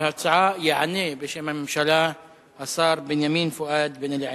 על ההצעה יענה בשם הממשלה השר בנימין פואד בן-אליעזר,